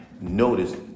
Notice